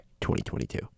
2022